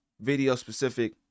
video-specific